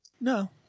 No